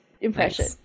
impression